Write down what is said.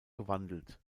gewandelt